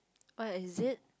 what is it